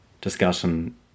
discussion